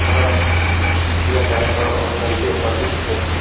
ମୋର ପ୍ରିୟ ଗାୟକ ହେଉଛନ୍ତି ଅରିଜିତ ସିଂ